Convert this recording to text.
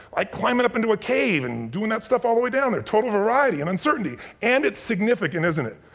like climbin' up into a cave and doin' that stuff all the way down there. total variety and uncertainty, and it's significant, isn't it?